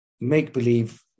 make-believe